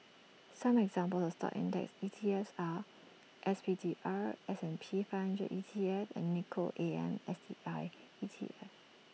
some examples of stock index ETFs are S P D R S and P five hundred E T F and Nikko A M S T I E T F